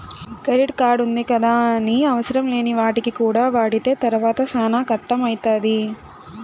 credit కార్డుంది గదాని అవసరంలేని వాటికి కూడా వాడితే తర్వాత సేనా కట్టం అయితాది